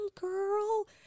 girl